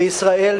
בישראל,